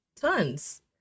tons